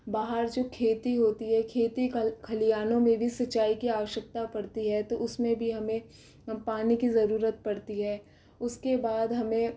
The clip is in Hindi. बाहर जो खेती होती है खेती खलिहानों में भी सिंचाई की आवश्यकता पड़ती है तो उसमें भी हमे पानी की ज़रूरत पड़ती है उसके बाद हमें